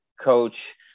coach